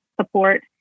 support